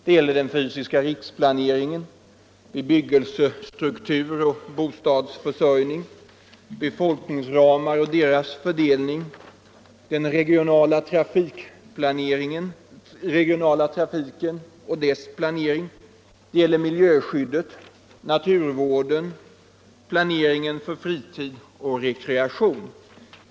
Det gäller den fysiska riksplaneringen, bebyggelsestruktur och bostadsförsörjning, befolkningsramar och deras fördelning, den regionala trafiken och dess planering; det gäller miljöskyddet, naturvården, planeringen för fritiden och rekreation.